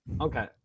Okay